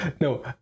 No